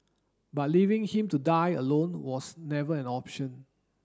but leaving him to die alone was never an option